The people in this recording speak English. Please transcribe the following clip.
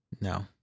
No